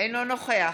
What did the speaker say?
אינו נוכח